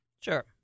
Sure